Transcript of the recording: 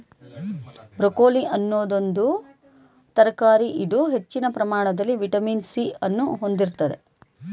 broccoli ಅನ್ನೋದು ಒಂದು ತರಕಾರಿ ಇದು ಹೆಚ್ಚಿನ ಪ್ರಮಾಣದಲ್ಲಿ ವಿಟಮಿನ್ ಸಿ ಅನ್ನು ಹೊಂದಿರ್ತದೆ